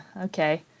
okay